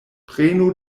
prenu